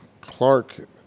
Clark